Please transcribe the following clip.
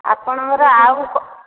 ଆପଣଙ୍କର ଆଉ କ'ଣ